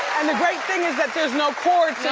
and the great thing is that there's no cord,